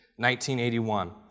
1981